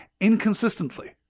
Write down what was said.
inconsistently